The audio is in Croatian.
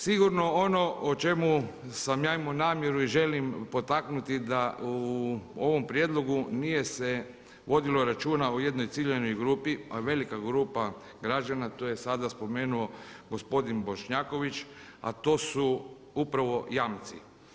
Sigurno ono o čemu sam ja imao namjeru i želim potaknuti da u ovom prijedlogu nije se vodilo računa o jednoj ciljanoj grupi, a velika grupa građana to je sada spomenuo gospodin Bošnjaković, a to su upravo jamci.